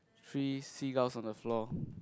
three seagulls on the floor